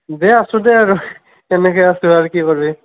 দে আছোঁ দে আৰু সেনেকৈ আছোঁ আৰু কি কৰিবি